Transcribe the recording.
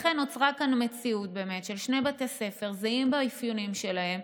נוצרה כאן מציאות של שני בתי ספר זהים באפיונים שלהם,